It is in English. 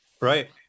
Right